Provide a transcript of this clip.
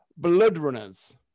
Bloodrunners